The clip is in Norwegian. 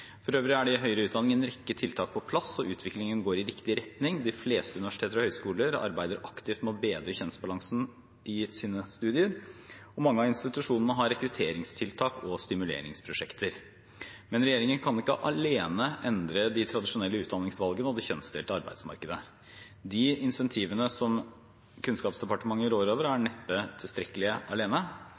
For øvrig er det i høyere utdanning en rekke tiltak på plass, og utviklingen går i riktig retning. De fleste universiteter og høyskoler arbeider aktivt med å bedre kjønnsbalansen i sine studier, og mange av institusjonene har rekrutteringstiltak og stimuleringsprosjekter. Men regjeringen kan ikke alene endre de tradisjonelle utdanningsvalgene og det kjønnsdelte arbeidsmarkedet. De incentivene som Kunnskapsdepartementet rår over, er neppe tilstrekkelige alene.